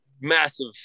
massive